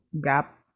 gap